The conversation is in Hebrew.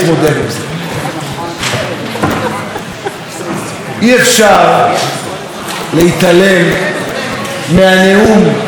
אי-אפשר להתעלם מהנאום המסית,